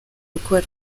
gukora